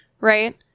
Right